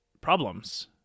problems